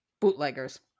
Bootleggers